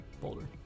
boulder